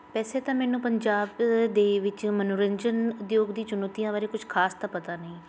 ਵੈਸੇ ਤਾਂ ਮੈਨੂੰ ਪੰਜਾਬ ਦੇ ਵਿੱਚ ਮਨੋਰੰਜਨ ਉਦਯੋਗ ਦੀ ਚੁਣੌਤੀਆਂ ਬਾਰੇ ਕੁਛ ਖਾਸ ਤਾਂ ਪਤਾ ਨਹੀਂ